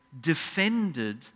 defended